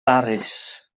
baris